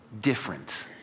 different